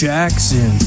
Jackson